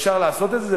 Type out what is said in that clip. אפשר לעשות את זה,